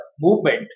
movement